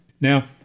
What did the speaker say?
Now